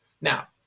Now